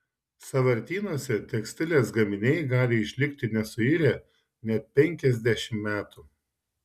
sąvartynuose tekstilės gaminiai gali išlikti nesuirę net penkiasdešimt metų